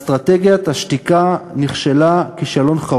יש בעיה מעשית בזה שהנתונים שלנו יהיו בידי השלטון,